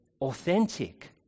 authentic